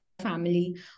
family